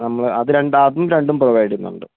നമ്മൾ അത് രണ്ടാൾക്കും രണ്ടും പ്രൊവൈഡ് ചെയ്യുന്നുണ്ട്